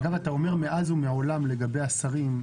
אגב, אתה אומר מאז ומעולם לגבי השרים.